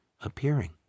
appearing